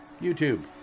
YouTube